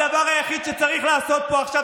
הדבר היחיד שצריך לעשות פה עכשיו,